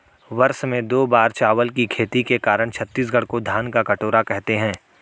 वर्ष में दो बार चावल की खेती के कारण छत्तीसगढ़ को धान का कटोरा कहते हैं